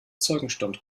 zeugenstand